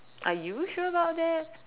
are you sure about that